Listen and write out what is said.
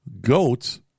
GOATs